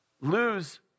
lose